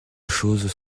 choses